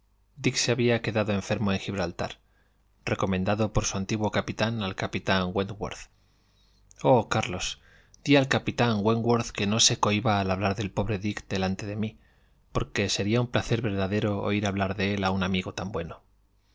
se había quedado enfermo en gibraltar recomendado por su antiguo capitán al capitán wentwortíi oh carlos di al capitán wentworth que no se cohiba para hablar del pobre dick delante de mí porque sería un placer verdadero oír hablar de él a un amigo tan bueno